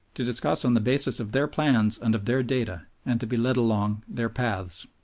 to discuss on the basis of their plans and of their data, and to be led along their paths.